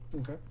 Okay